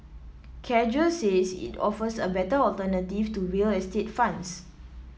Cadre says it offers a better alternative to real estate funds